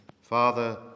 Father